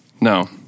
No